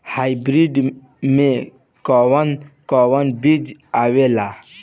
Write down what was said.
Hybrid में कोवन कोवन बीज आवेला?